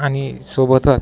आणि सोबतच